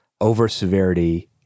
over-severity